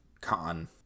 con